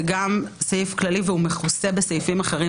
גם זה סעיף כללי שכבר מכוסה בסעיפים אחרים